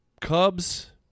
Cubs